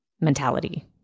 mentality